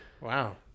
Wow